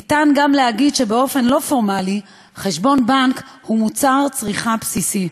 ניתן גם להגיד שבאופן לא פורמלי חשבון בנק הוא מוצר צריכה בסיסי.